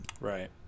Right